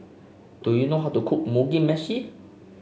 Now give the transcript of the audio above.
do you know how to cook Mugi Meshi